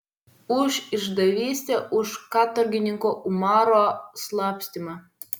už išdavystę už katorgininko umaro slapstymą